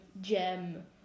gem